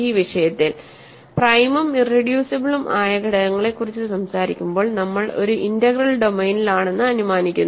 ഈ വിഷയത്തിൽപ്രൈമും ഇറെഡ്യൂസിബിളും ആയ ഘടകങ്ങളെക്കുറിച്ച് സംസാരിക്കുമ്പോൾ നമ്മൾ ഒരു ഇന്റഗ്രൽ ഡൊമെയ്നിലാണെന്ന് അനുമാനിക്കുന്നു